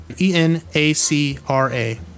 E-N-A-C-R-A